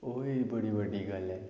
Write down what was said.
ओह् ई बड़ी बड्डी गल्ल ऐ